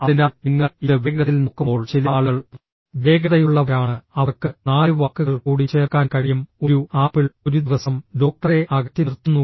അതിനാൽ നിങ്ങൾ ഇത് വേഗത്തിൽ നോക്കുമ്പോൾ ചില ആളുകൾ വേഗതയുള്ളവരാണ് അവർക്ക് 4 വാക്കുകൾ കൂടി ചേർക്കാൻ കഴിയും ഒരു ആപ്പിൾ ഒരു ദിവസം ഡോക്ടറെ അകറ്റി നിർത്തുന്നു